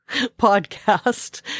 podcast